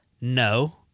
No